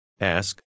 ask